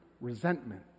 resentment